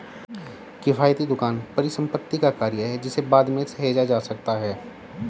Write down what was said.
किफ़ायती दुकान परिसंपत्ति का कार्य है जिसे बाद में सहेजा जा सकता है